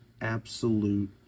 absolute